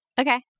Okay